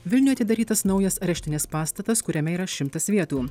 vilniuj atidarytas naujas areštinės pastatas kuriame yra šimtas vietų